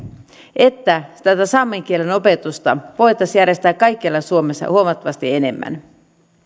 että tätä saamen kielen opetusta voitaisiin järjestää kaikkialla suomessa huomattavasti enemmän